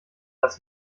dass